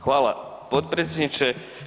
Hvala potpredsjedniče.